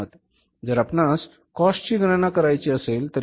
जर आपणास कॉस्ट ची गणना करायची असेल तर या तीन इनपुट्स चा विचार करावा लागेल